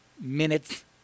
minutes